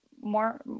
more